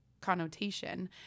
connotation